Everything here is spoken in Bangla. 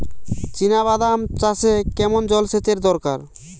চিনাবাদাম চাষে কেমন জলসেচের দরকার?